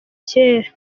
cyera